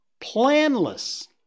planless